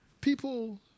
People